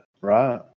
right